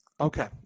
Okay